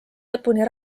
lõpuni